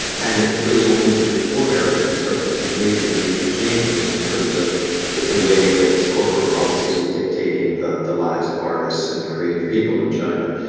and it was really only in the reform era that you start to see major, major changes in terms of the way in which cultural policies are dictating the the lives of artists and creative people in china.